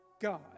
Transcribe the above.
God